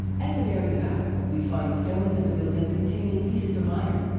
at the very back, we find stones of the building containing pieces of iron.